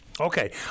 Okay